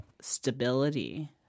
stability